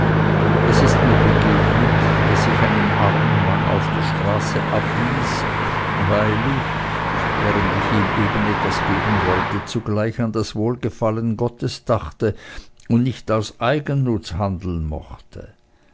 es ist mir begegnet daß ich einen armen mann auf der straße abwies weil ich während ich ihm eben etwas geben wollte zugleich an das wohlgefallen gottes dachte und nicht aus eigennutz handeln mochte